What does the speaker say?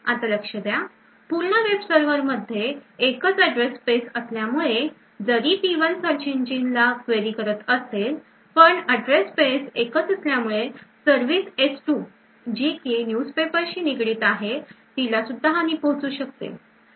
आता लक्ष द्या पूर्ण वेब सर्वर मध्ये एकच address space असल्यामुळे जरी P1 सर्च इंजिनला query करत असेल पण address space एकच असल्यामुळे Service S2 जी की न्युज पेपर शी निगडित आहे तिलासुद्धा हानी पोचू शकते